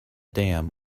dam